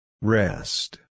Rest